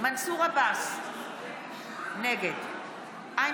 יואב קיש, בעד גלעד קריב, נגד שלמה